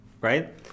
right